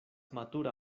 matura